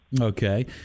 Okay